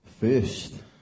first